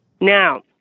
Now